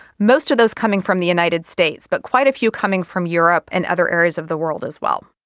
most of those coming from the united states but quite a few coming from europe and other areas of the world as well.